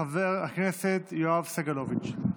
חבר הכנסת יואב סגלוביץ'.